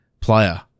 player